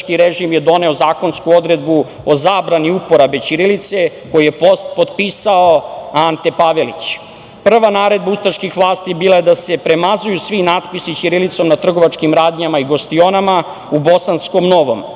ustaški režim je doneo zakonsku odredbu o zabrani uporabe ćirilice koju je potpisao Ante Pavelić. Prva naredba ustaških vlasti bila je da se premazuju svi natpisi ćirilicom na trgovačkim radnjama i gostionama u Bosanskom Novom.